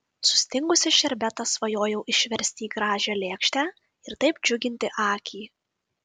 sustingusį šerbetą svajojau išversti į gražią lėkštę ir taip džiuginti akį